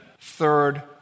third